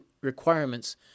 Requirements